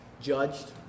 judged